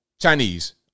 chinese